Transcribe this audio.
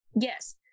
Yes